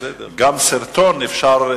גם סרטון אפשר,